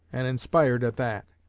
and inspired at that.